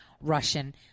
Russian